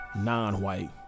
non-white